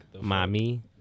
Mommy